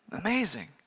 Amazing